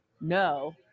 no